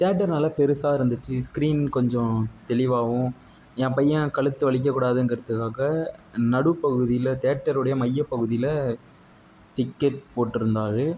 theatre நல்ல பெரிசா இருந்துச்சு ஸ்க்ரீன் கொஞ்சம் தெளிவாகவும் என் பையன் கழுத்து வலிக்க கூடாதுங்கிறதுக்காக நடுப்பகுதியில் தியேட்டர்ருடைய மையப் பகுதியில் டிக்கெட் போட்டிருந்தாரு